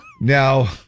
Now